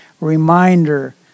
reminder